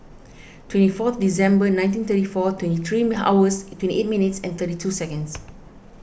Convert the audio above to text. twenty fourth December nineteen thirty four twenty three hours twenty eight minutes and thirty two seconds